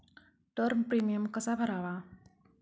Term premium कसा भरावा?